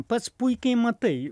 pats puikiai matai